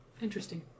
Interesting